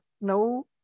no